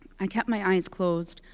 i kept my eyes closed,